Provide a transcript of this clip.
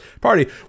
party